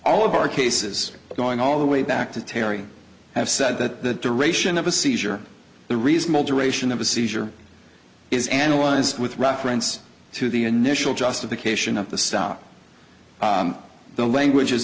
all of our cases going all the way back to terry have said that duration of a seizure the reasonable duration of a seizure is analyzed with reference to the initial justification of the stop the languages is